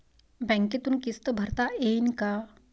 बँकेतून किस्त भरता येईन का?